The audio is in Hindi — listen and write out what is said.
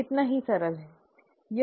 यह है यह इतना ही सरल है